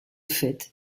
fait